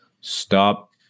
stop